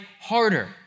harder